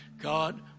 God